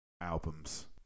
albums